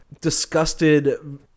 disgusted